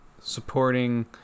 supporting